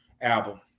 album